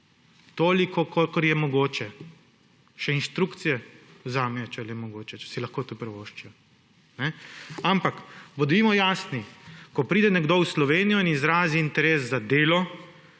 toliko, kolikor je mogoče. Še inštrukcije vzamejo, če je le mogoče, če si lahko to privoščijo. Ampak bodimo jasni, ko pride nekdo v Slovenijo in izrazi interes za delo,